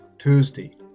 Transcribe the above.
Tuesday